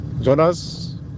Jonas